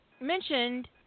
mentioned